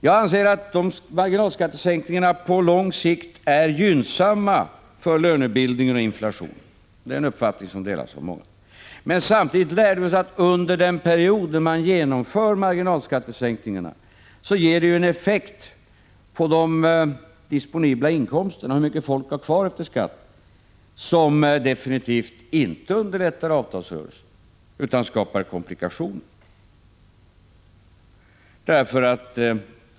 Jag anser att dessa marginalskattesänkningar på lång sikt är gynnsamma för lönebildningen och inflationen. Det är en uppfattning som delas av många. Men samtidigt lärde vi oss att under den period då man genomför marginalskattesänkningarna ger de en effekt på de disponibla inkomsterna, hur mycket folk har kvar efter skatt, som definitivt inte underlättar avtalsrörelsen utan skapar komplikationer.